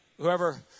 whoever